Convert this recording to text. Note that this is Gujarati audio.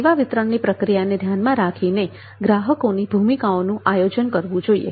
સેવા વિતરણની પ્રક્રિયાને ધ્યાનમાં રાખીને ગ્રાહકોને ભૂમિકાઓનું આયોજન કરવું જોઈએ